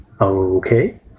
Okay